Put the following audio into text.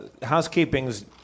housekeepings